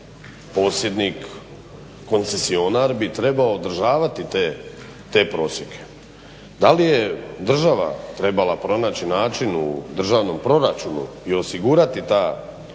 posjednik, koncesionar bi trebao održavati te prosjeke. Da li je država trebala pronaći način u državnom proračunu i osigurati ta sredstva,